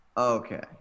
Okay